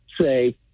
say